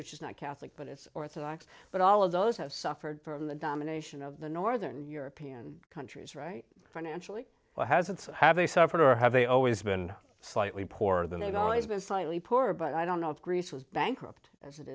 which is not catholic but it's orthodox but all of those have suffered from the domination of the northern european countries right financially or hasn't have a suffered are have they always been slightly poorer than they've always been slightly poorer but i don't know if greece was bankrupt as it